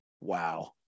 Wow